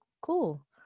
Cool